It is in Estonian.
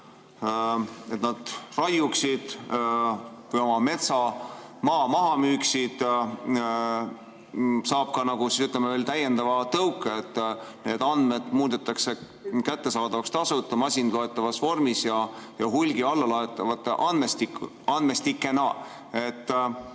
metsa raiuksid või oma metsamaa maha müüksid, saab ka veel täiendava tõuke. Need andmed muudetakse kättesaadavaks tasuta, masinloetavas vormis ja hulgi alla laetavate andmestikena.